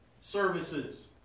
services